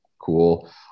cool